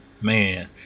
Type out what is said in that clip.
Man